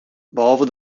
behalve